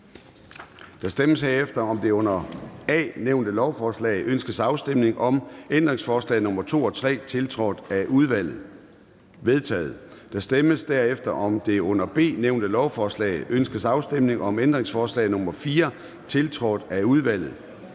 Der stemmes herefter om det under A nævnte lovforslag. Ønskes afstemning om ændringsforslag nr. 2 og 3, tiltrådt af udvalget? De er vedtaget. Der stemmes derefter om det under B nævnte lovforslag. Ønskes afstemning om ændringsforslag nr. 4, tiltrådt af udvalget?